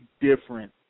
different